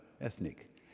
ethnic